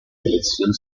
selección